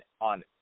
on